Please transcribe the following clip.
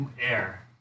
Air